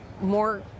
more